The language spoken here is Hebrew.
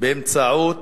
באמצעות